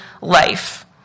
life